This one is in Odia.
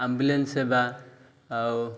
ଆମ୍ବୁଲାନ୍ସ ସେବା ଆଉ